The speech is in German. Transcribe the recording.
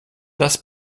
dass